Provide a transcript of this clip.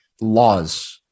laws